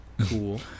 cool